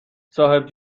صاحب